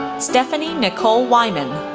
stephanie nicole wyman,